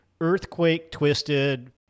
earthquake-twisted